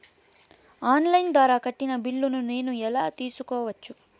On line ద్వారా కట్టిన బిల్లును నేను ఎలా తెలుసుకోవచ్చు?